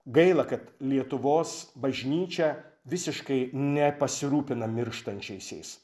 gaila kad lietuvos bažnyčia visiškai nepasirūpina mirštančiaisiais